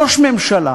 ראש ממשלה,